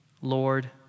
lord